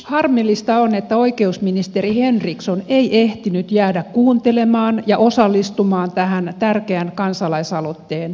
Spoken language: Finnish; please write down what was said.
harmillista on että oikeusministeri henriksson ei ehtinyt jäädä kuuntelemaan ja osallistumaan tähän tärkeän kansalaisaloitteen käsittelyyn